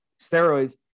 steroids